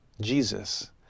Jesus